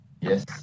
Yes